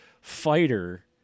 Fighter